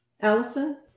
Allison